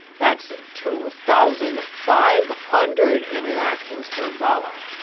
that's two thousand five hundred interactions for a dollar.